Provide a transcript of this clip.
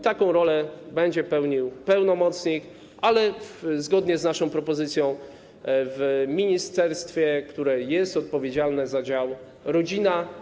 Taką rolę będzie pełnił pełnomocnik, ale - zgodnie z naszą propozycją - w ministerstwie, które jest odpowiedzialne za dział rodzina.